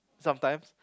sometimes